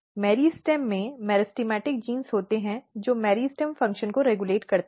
meristem में meristematic gene होते हैं जो मेरिस्टेम फ़ंक्शन को रेगुलेट करते हैं